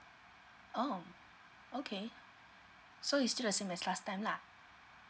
oh okay so is still the same as last time lah